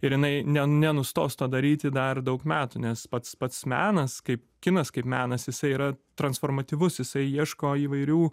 ir jinai ne nenustos to daryti dar daug metų nes pats pats menas kaip kinas kaip menas jisai yra transformatyvus jisai ieško įvairių